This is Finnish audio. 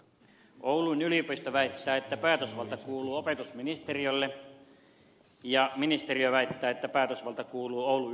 oulun yliopisto väittää että päätösvalta kuuluu opetusministeriölle ja ministeriö väittää että päätösvalta kuuluu oulun yliopistolle